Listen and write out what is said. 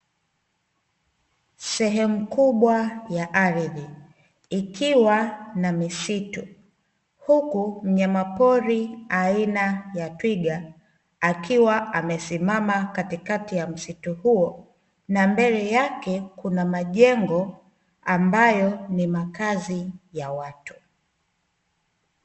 Sehemu kubwa ya ardhi, ikiwa na misitu, huku mnyama pori aina ya twiga akiwa amesimama katikati na msitu huo na mbele yake kuna majengo ambayo ni makazi ya watu.